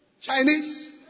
Chinese